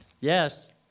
Yes